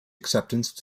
acceptance